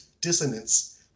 dissonance